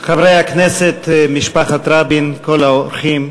חברי הכנסת, משפחת רבין, כל האורחים,